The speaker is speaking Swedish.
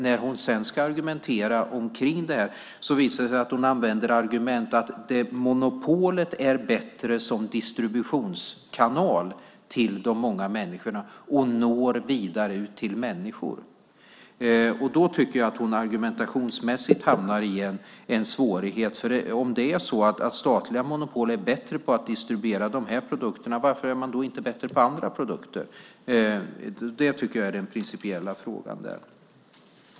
När hon ska argumentera vidare visar det sig att hon använder argumentet att monopolet är bättre som distributionskanal till de många människorna och når vidare. Då tycker jag att hon argumentationsmässigt hamnar i en svårighet. Om statliga monopol är bättre på att distribuera de här produkterna, varför är man inte bättre på andra produkter? Det tycker jag är den principiella frågan.